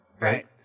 Right